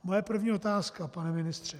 Moje první otázka, pane ministře.